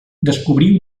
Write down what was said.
descobrí